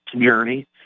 journey